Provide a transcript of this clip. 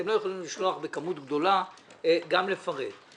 אתם לא יכולים לשלוח בכמות גדולה וגם לפרט.